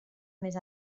més